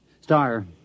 Star